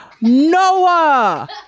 noah